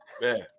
man